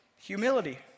humility